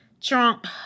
Trump